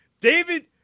David